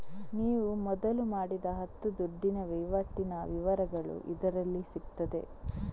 ನೀವು ಮೊದಲು ಮಾಡಿದ ಹತ್ತು ದುಡ್ಡಿನ ವೈವಾಟಿನ ವಿವರಗಳು ಇದರಲ್ಲಿ ಸಿಗ್ತದೆ